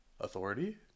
Authority